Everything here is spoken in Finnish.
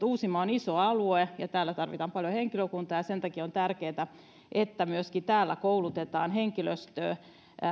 uusimaa on iso alue ja täällä tarvitaan paljon henkilökuntaa ja sen takia on tärkeätä että myöskin täällä koulutetaan henkilöstöä